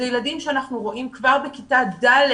אלה ילדים שאנחנו רואים כבר בכיתה ד'